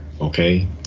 okay